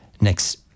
next